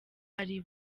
ari